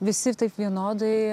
visi taip vienodai